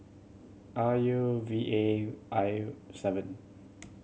R U V A I seven